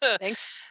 Thanks